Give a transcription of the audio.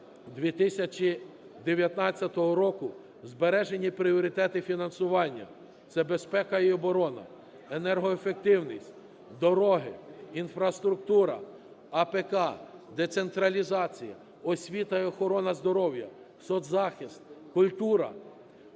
2019 року збережені пріоритети фінансування – це безпека і оборона, енергоефективність, дороги, інфраструктура, АПК, децентралізація, освіта і охорона здоров'я, соцзахист, культура.